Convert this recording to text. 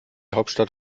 hauptstadt